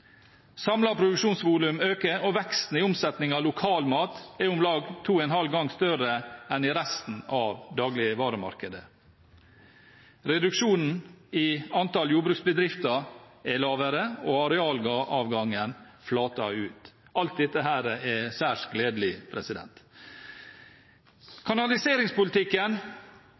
produksjonsvolum øker, og veksten i omsetning av lokalmat er om lag to og en halv gang større enn i resten av dagligvaremarkedet. Reduksjonen i antall jordbruksbedrifter er lavere, og arealavgangen flater ut. Alt dette er særs gledelig. Kanaliseringspolitikken